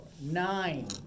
Nine